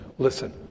Listen